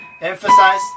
emphasize